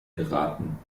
geraten